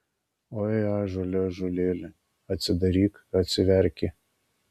oi ąžuole ąžuolėli atsidaryk atsiverki